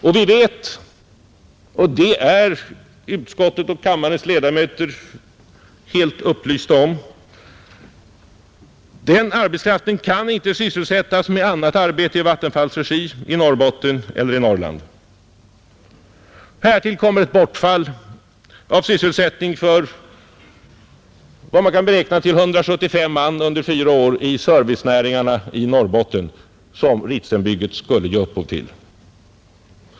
Och vi vet, vilket utskottets och kammarens ledamöter är helt upplysta om, att den arbetskraften inte kan sysselsättas med annat arbete i Vattenfalls regi i Norrbotten eller i Norrland. Härtill skulle Ritsemprojektet ge sysselsättning för uppskattningsvis 175 man under fyra år i servicenäringarna i Norrbotten.